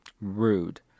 Rude